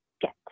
get